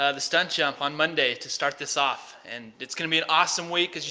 ah the stunt jump on monday to start this off and it's going to be an awesome week. as you